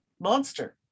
monster